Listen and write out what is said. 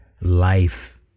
life